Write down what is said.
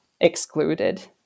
excluded